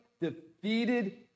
defeated